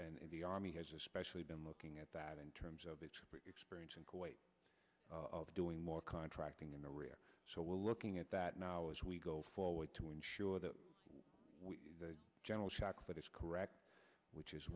of the army has especially been looking at that in terms of the experience in kuwait of doing more contracting in the rear so we're looking at that now as we go forward to ensure that the general shock what is correct which is